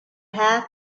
have